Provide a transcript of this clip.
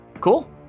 Cool